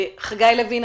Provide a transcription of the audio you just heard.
חגי לוין,